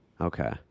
okay